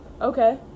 okay